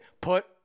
Put